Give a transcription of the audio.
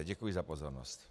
Děkuji za pozornost.